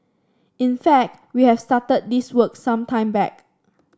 in fact we have started this work some time back